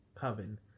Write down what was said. Coven